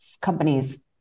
companies